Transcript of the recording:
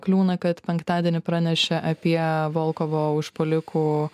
kliūna kad penktadienį pranešė apie volkovo užpuolikų